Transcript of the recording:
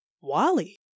Wally